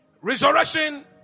Resurrection